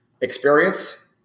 experience